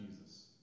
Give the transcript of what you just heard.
Jesus